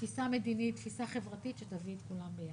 תפיסה מדינית, תפיסה חברתית, שתביא את כולם ביחד.